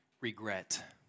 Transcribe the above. regret